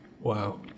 Wow